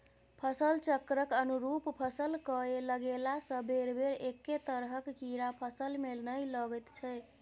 फसल चक्रक अनुरूप फसल कए लगेलासँ बेरबेर एक्के तरहक कीड़ा फसलमे नहि लागैत छै